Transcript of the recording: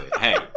Hey